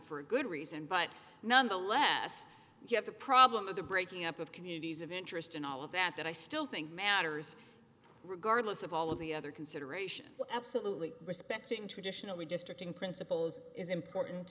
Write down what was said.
for a good reason but nonetheless you have the problem of the breaking up of communities of interest in all of that that i still think matters regardless of all of the other considerations absolutely respecting traditionally destructing principles is important